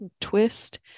Twist